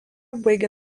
baigė